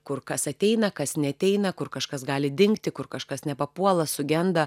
kur kas ateina kas neateina kur kažkas gali dingti kur kažkas nepapuola sugenda